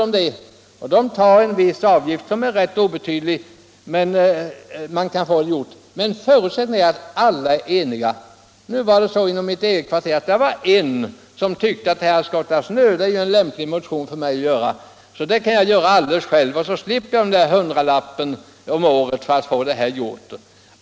I så fall kan man få denna service för en rätt obetydlig avgift. Jag kan nämna att det i mitt eget kvarter var en fastighetsägare som tyckte, att snöskottning var en lämplig motion för honom och att han därför kunde klara den själv. På det sättet slapp han också ge ut den hundralapp om året som krävs för att få snöröjningen utförd.